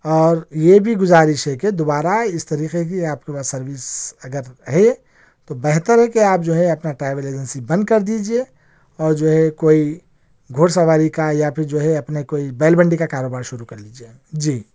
اور یہ بھی گزارش ہے کہ دوبارہ اس طریقے کی آپ کے پاس سروس اگر ہے تو بہتر ہے کہ آپ جو ہے اپنا ٹراویل ایجنسی بند کر دیجیے اور جو ہے کوئی گھوڑ سواری کا یا پھر جو ہے اپنے کوئی بیل منڈی کا کاروبار شروع کر لیجیے جی